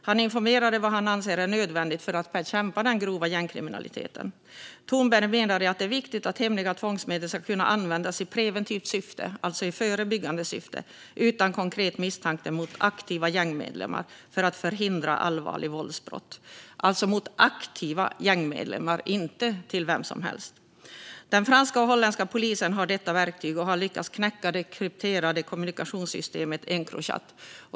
Han informerade om vad han anser är nödvändigt för att bekämpa den grova gängkriminaliteten. Thornberg menade att det är viktigt att hemliga tvångsmedel kan användas i preventivt syfte, alltså förebyggande, utan konkret misstanke mot aktiva gängmedlemmar, för att förhindra allvarliga våldsbrott. Det gäller alltså aktiva gängmedlemmar, inte vem som helst. Den franska och den holländska polisen har detta verktyg och har lyckats knäcka det krypterade kommunikationssystemet Encrochat.